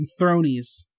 Thronies